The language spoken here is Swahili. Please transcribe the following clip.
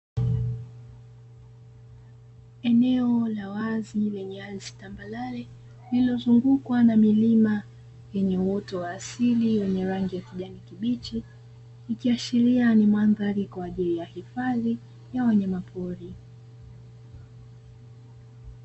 Eneo la wazi lenye ardhi tambarare lililozungukwa na milima yenye uoto wa asili yenye rangi ya kijani kibichi, ikiashiria ni mandhari kwa ajili ya hifadhi ya wanyama pori.